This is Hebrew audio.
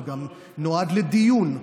זה גם נועד לדיון.